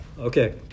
okay